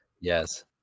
yes